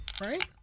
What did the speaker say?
right